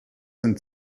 sind